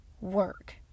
work